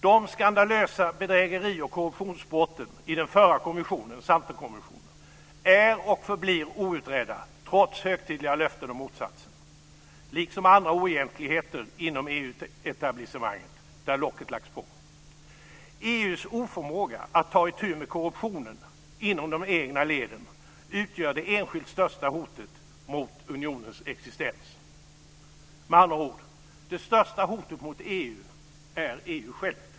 De skandalösa bedrägeri och korruptionsbrotten i Santerkommissionen är och förblir outredda, trots högtidliga löften om motsatsen, liksom andra oegentligheter inom EU-etablissemanget där locket lagts på. EU:s oförmåga att ta itu med korruptionen inom de egna leden utgör det enskilt största hotet mot unionens existens. Med andra ord, det största hotet mot EU är EU självt.